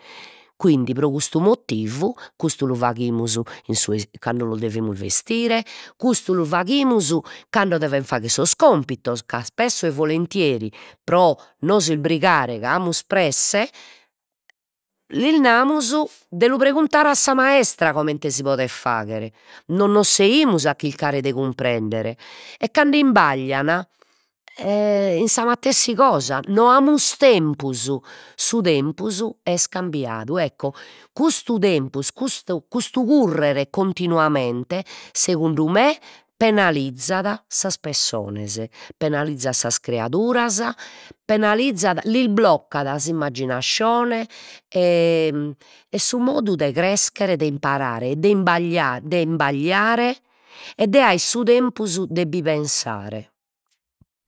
Quindi pro custu motivu, custu lu faghimus in su, e cando los devimus bestire, custu lu faghimus cando deves fagher sos compitos, ca ispesso e volenteri pro nos isbrigare ca amus presse, lis namus de lu preguntare a sa maestra, comente si podet fagher, no non seimus a chircare de cumprender e cand'isbaglian in sa matessi cosa no amus tempus, su tempus est cambiadu, ecco custu tempus, custu custu currer continuamente, segundu me, penalizzat sas pessonas, penalizzat sas criaduras, penalizzat lis bloccas s'immagginascione e su modu de crescher e de imparare e de isbagliare e de aer su tempus de bi pensare